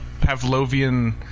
Pavlovian